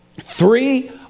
three